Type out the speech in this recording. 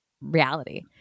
reality